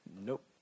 Nope